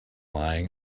lying